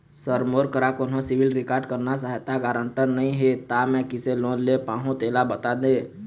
sir मोर करा कोन्हो सिविल रिकॉर्ड करना सहायता गारंटर नई हे ता मे किसे लोन ले पाहुं तेला बता दे